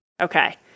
Okay